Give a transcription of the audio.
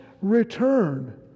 return